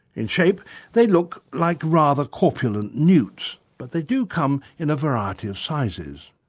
in shape they look like rather corpulent newts, but they do come in a variety of sizes.